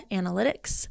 analytics